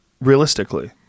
realistically